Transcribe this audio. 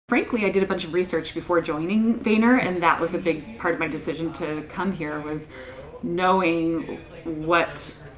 frankly, i did a bunch of research before joining vayner and that was a big part of my decision to come here was knowing what